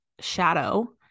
shadow